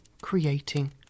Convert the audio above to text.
creating